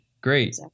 Great